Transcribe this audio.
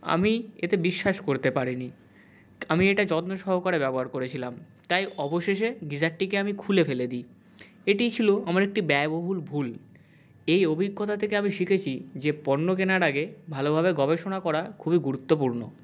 আমি এতে বিশ্বাস করতে পারিনি আমি এটা যত্ন সহকারে ব্যবহার করেছিলাম তাই অবশেষে গিজারটিকে আমি খুলে ফেলে দিই এটিই ছিলো আমার একটি ব্যয়বহুল ভুল এই অভিজ্ঞতা থেকে আমি শিখেছি যে পণ্য কেনার আগে ভালোভাবে গবেষণা করা খুবই গুরুত্বপূর্ণ